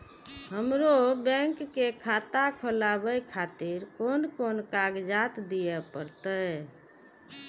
हमरो बैंक के खाता खोलाबे खातिर कोन कोन कागजात दीये परतें?